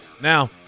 Now